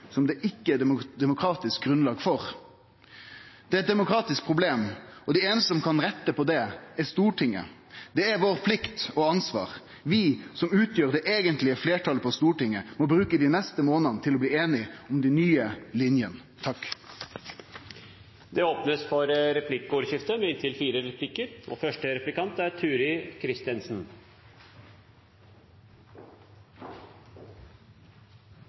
som det ikkje er demokratisk grunnlag for. Det er eit demokratisk problem, og dei einaste som kan rette på det, er Stortinget. Det er vår plikt og vårt ansvar. Vi som utgjer det eigentlege fleirtalet på Stortinget, må bruke dei neste månadene på å bli einige om dei nye linjene. Det blir replikkordskifte. Det er noen saker det er bred politisk enighet om, som representanten var innom innledningsvis, og det er